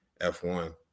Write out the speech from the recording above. F1